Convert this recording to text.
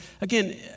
Again